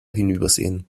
hinübersehen